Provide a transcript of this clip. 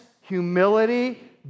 humility